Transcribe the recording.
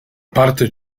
parte